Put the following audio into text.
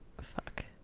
Fuck